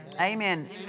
Amen